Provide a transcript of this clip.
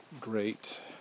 great